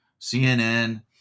cnn